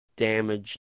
Damage